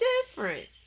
different